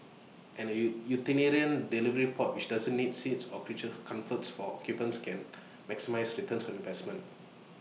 and A utilitarian delivery pod which doesn't need seats or creature comforts for occupants can maximise return on investment